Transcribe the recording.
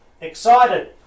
Excited